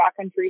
backcountry